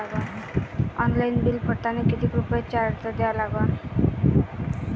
Online bill भरतानी कितीक रुपये चार्ज द्या लागन?